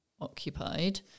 occupied